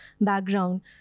background